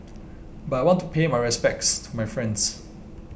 but I want to pay my respects to my friends